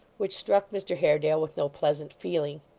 which struck mr haredale with no pleasant feeling.